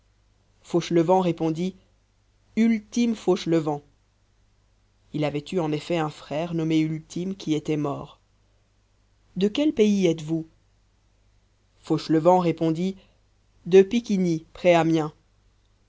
fauchelevent répondit ultime fauchelevent il avait eu en effet un frère nommé ultime qui était mort de quel pays êtes-vous fauchelevent répondit de picquigny près amiens